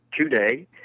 today